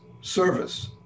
service